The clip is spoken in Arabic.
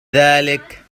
ذلك